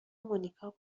مونیکا